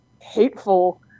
hateful